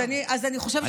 אז אני חושבת שאתם,